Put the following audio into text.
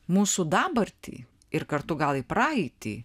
mūsų dabartį ir kartu gal į praeitį